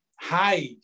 hide